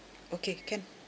okay can